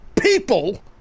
people